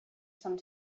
some